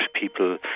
people